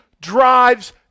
drives